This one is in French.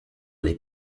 les